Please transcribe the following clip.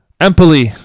Empoli